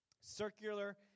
Circular